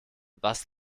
was